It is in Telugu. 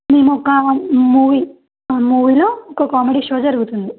మేమొక మూవీ మూవీలో ఒక కామెడీ షో జరుగుతోంది